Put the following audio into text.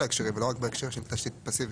ההקשרים ולא רק בהקשר של תשתית פאסיבית?